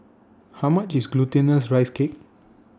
How much IS Glutinous Rice Cake